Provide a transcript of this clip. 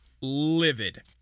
livid